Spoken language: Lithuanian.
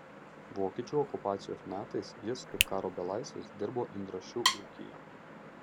vokiečių okupacijos metais jis kaip karo belaisvis dirbo indrašių ūkyje